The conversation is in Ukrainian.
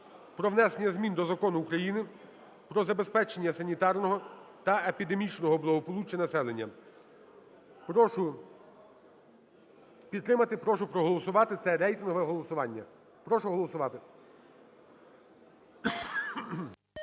про внесення змін до Закону України "Про забезпечення санітарного та епідемічного благополуччя населення". Прошу підтримати, прошу проголосувати, це рейтингове голосування, прошу голосувати.